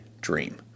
dream